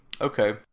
okay